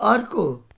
अर्को